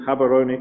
Habaroni